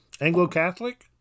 Anglo-Catholic